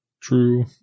True